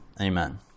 Amen